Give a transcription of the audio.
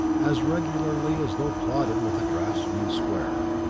as regularly as though plotted with a draftsman's square.